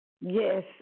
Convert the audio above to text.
Yes